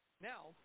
Now